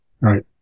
Right